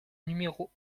numéro